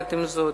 יחד עם זאת,